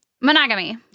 monogamy